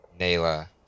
Nayla